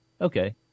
okay